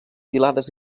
filades